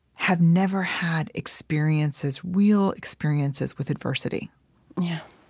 have never had experiences, real experiences, with adversity